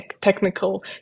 technical